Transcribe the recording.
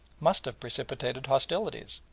must have precipitated hostilities,